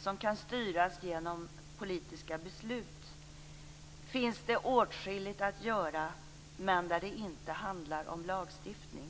som kan styras genom politiska beslut, finns det åtskilligt att göra på områden där det inte handlar om lagstiftning.